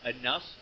enough